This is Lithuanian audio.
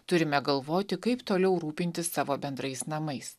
turime galvoti kaip toliau rūpintis savo bendrais namais